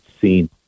seen